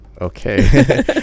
Okay